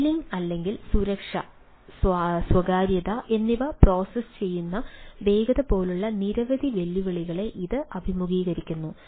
scaling അല്ലെങ്കിൽ സുരക്ഷ സുരക്ഷ സ്വകാര്യത എന്നിവ പ്രോസസ്സ് ചെയ്യുന്ന വേഗത പോലുള്ള നിരവധി വെല്ലുവിളികളെ ഇത് അഭിമുഖീകരിക്കുന്നു